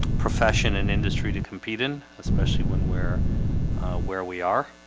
profession and industry to compete in especially when we're where we are